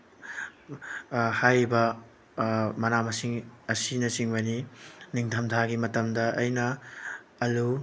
ꯍꯥꯏꯔꯤꯕ ꯃꯅꯥ ꯃꯁꯤꯡ ꯑꯁꯤꯅꯆꯤꯡꯕꯅꯤ ꯅꯤꯡꯊꯝꯊꯥꯒꯤ ꯃꯇꯝꯗ ꯑꯩꯅ ꯑꯥꯜꯂꯨ